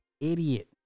idiot